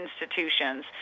institutions